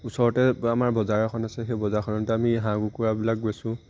ওচৰতে আমাৰ বজাৰ এখন আছে সেই বজাৰখনতে আমি হাঁহ কুকুৰাবিলাক বেচোঁ